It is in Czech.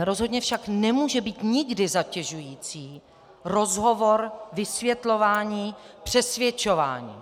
Rozhodně však nemůže být nikdy zatěžující rozhovor, vysvětlování, přesvědčování.